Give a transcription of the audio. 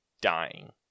dying